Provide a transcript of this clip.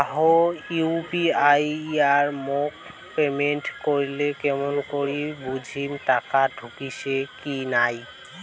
কাহো ইউ.পি.আই দিয়া মোক পেমেন্ট করিলে কেমন করি বুঝিম টাকা ঢুকিসে কি নাই?